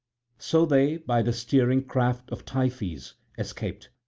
so they by the steering-craft of tiphys escaped,